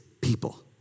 people